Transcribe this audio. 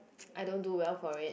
I don't do well for it